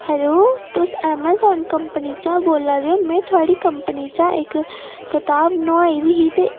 hello तुस Amazon company चा बोल्ला दे में थुआढ़ी कंपनी चा इक्क कताब नुआई दी ही ते